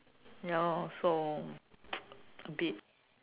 ya lor so a bit